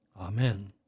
Amen